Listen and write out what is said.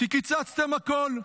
כי קיצצתם הכול.